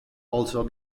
also